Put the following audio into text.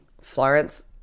Florence